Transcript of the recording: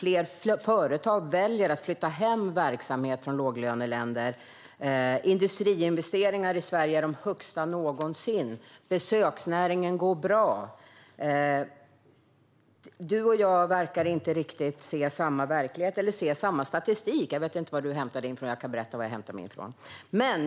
Fler företag väljer att flytta hem sin verksamhet från låglöneländer, industriinvesteringarna i Sverige är de högsta någonsin och besöksnäringen går bra. Du och jag verkar inte se samma statistik. Jag vet inte var du hämtar din, men jag kan berätta var jag hämtar min.